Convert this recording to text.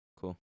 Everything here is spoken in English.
Cool